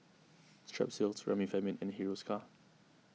Strepsils Remifemin and Hiruscar